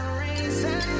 reason